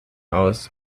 aus